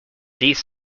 these